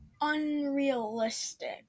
unrealistic